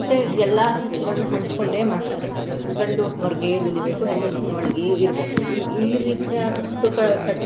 ಮತ್ತು ಎಲ್ಲ ಕೆಲಸಗಳ್ನ ಹಂಚ್ಕೊಂಡೇ ಮಾಡ್ತಾರೆ ಗಂಡು ಹೊರಗೇ ದುಡಿಬೇಕು ಹೆಣ್ಣು ಮನೆ ಒಳಗೇ ಇರಬೇಕು ಈ ರೀತಿಯ ಕಟ್ಟು ಕಟ್